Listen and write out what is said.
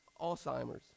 Alzheimer's